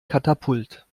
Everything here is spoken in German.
katapult